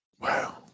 Wow